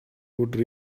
would